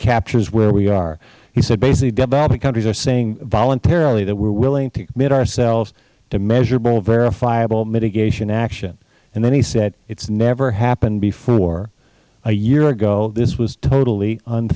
captures where we are he said basically developing countries are saying voluntarily that we are willing to commit ourselves to measurable verifiable mitigation action and then he said it has never happened before a year ago this was totally